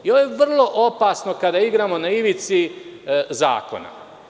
Ovo je vrlo opasno, kada igramo na ivici zakona.